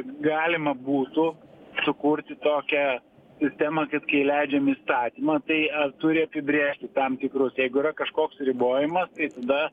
galima būtų sukurti tokią sistemą kad kai leidžiam įstatymą tai ar turi apibrėžti tam tikrus jeigu yra kažkoks ribojimas tai tada